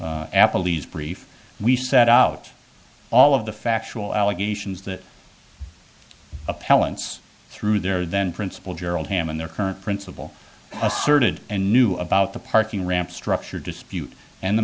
appleby's brief we set out all of the factual allegations that appellants through their then principal gerald hammond their current principal asserted and knew about the parking ramp structure dispute and the